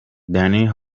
danny